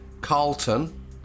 Carlton